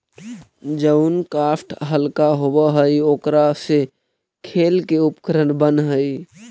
जउन काष्ठ हल्का होव हई, ओकरा से खेल के उपकरण बनऽ हई